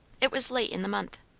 it was late in the month.